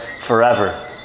forever